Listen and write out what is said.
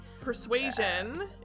Persuasion